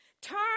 turn